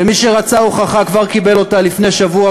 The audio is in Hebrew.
ומי שרצה הוכחה כבר קיבל אותה לפני שבוע,